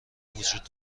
وجود